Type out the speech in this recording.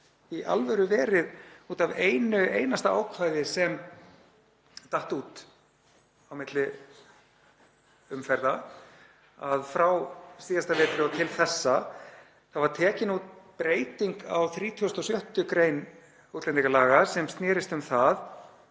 í alvöru verið út af einu einasta ákvæði sem datt út á milli umferða, að frá síðasta vetri og til þessa var tekin út breyting á 36. gr. útlendingalaga sem snerist um það